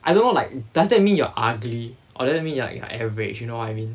I don't know like does that mean you are ugly or does that mean you are average you know what I mean